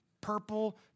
purple